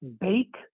bake